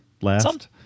last